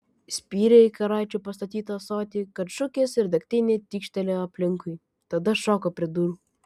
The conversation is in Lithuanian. spyrė į karaičio pastatytą ąsotį kad šukės ir degtinė tykštelėjo aplinkui tada šoko prie durų